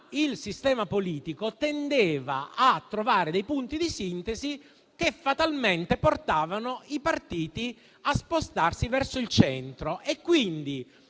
il sistema politico tendeva a trovare dei punti di sintesi che fatalmente portavano i partiti a spostarsi verso il centro. Vi